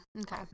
Okay